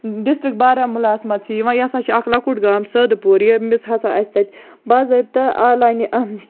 district Baramulla ہَس منٛز چھِ یِوان یہِ ہسا چھِ اَکھ لۄکُٹ گام صٲدٕ پوٗر ییٚمِس ہسا اَسہِ تَتہِ باضٲبطہٕ عالانہِ